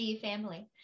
family